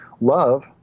love